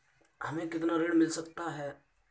हमें कितना ऋण मिल सकता है?